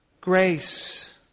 grace